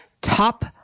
top